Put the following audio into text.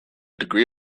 degree